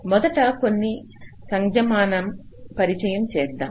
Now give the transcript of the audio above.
మొదట కొన్ని సంజ్ఞామానం పరిచయం చేద్దాం